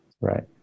right